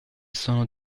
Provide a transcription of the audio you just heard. sono